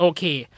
Okay